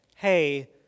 Hey